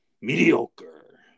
Mediocre